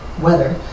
weather